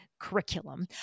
curriculum